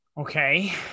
Okay